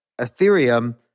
Ethereum